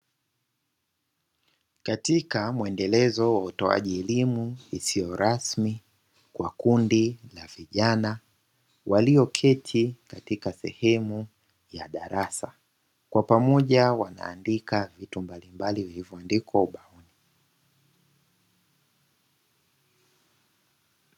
Katika muendelezo wa utoaji elimu isiyo rasmi, kwa kundi la vijana walioketi katika sehemu ya darasa, kwa pamoja wanaandika vitu mbalimbali vilivyoandikwa ubaoni.